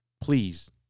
please